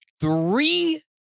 three